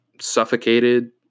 suffocated